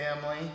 family